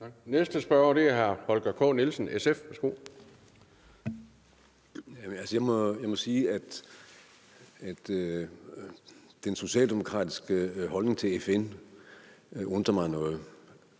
Værsgo. Kl. 17:34 Holger K. Nielsen (SF): Jamen jeg må sige, at den socialdemokratiske holdning til FN undrer mig noget.